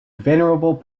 venerable